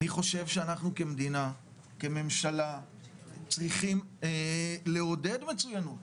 אני חושב שאנחנו כמדינה כממשלה צריכים לעודד מצוינות,